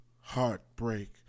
Heartbreak